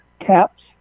caps